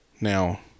Now